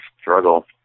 struggle